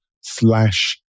slash